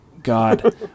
God